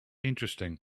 interesting